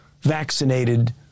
vaccinated